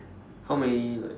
how many like